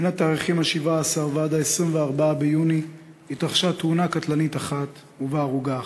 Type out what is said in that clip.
בימים שמ-17 עד 24 ביוני התרחשה תאונה קטלנית אחת והייתה בה הרוגה אחת,